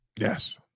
yes